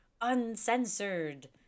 Uncensored